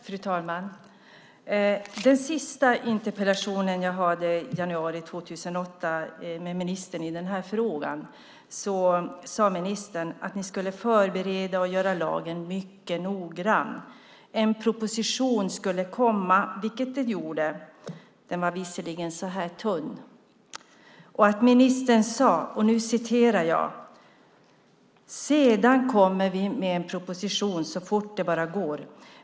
Fru talman! I den senaste interpellationsdebatten jag hade med ministern i den här frågan, riksmötet 2007/2008, sade ministern att man skulle förbereda och utforma lagen mycket noggrant. En proposition skulle komma, vilket det gjorde. Den var visserligen mycket tunn. I debatten sade ministern: "Sedan kommer vi att komma med en proposition så fort det bara går.